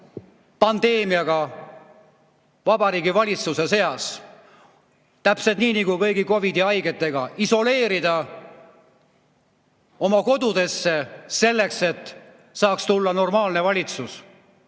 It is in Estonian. pandeemiaga Vabariigi Valitsuse sees? Täpselt nii nagu kõigi COVID‑i haigetega: isoleerida oma kodudesse, selleks et saaks tulla normaalne valitsus.